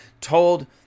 told